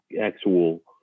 actual